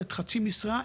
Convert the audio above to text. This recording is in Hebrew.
עובדת חצי משרה,